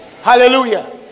hallelujah